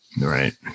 Right